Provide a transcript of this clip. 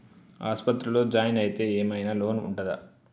ఆస్పత్రి లో జాయిన్ అయితే ఏం ఐనా లోన్ ఉంటదా?